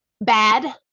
bad